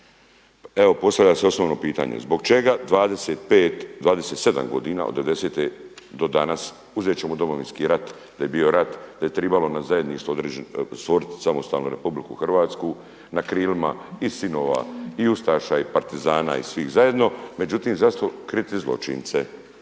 Evo postavlja se osobno pitanje zbog čega 25, 27 godina od devedesete do danas, uzet ćemo Domovinski rat da je bio rat, da je tribalo na zajedništvo stvorit samostalnu Republiku Hrvatsku na krilima i sinova i ustaša i partizana i svih zajedno. Međutim zašto kriti zločince?